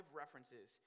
references